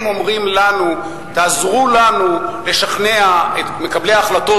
הם אומרים לנו: תעזור לנו לשכנע את מקבלי ההחלטות